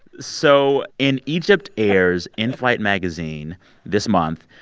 so in egypt air's in-flight magazine this month,